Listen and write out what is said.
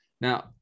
Now